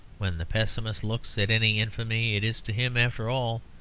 when the pessimist looks at any infamy, it is to him, after all,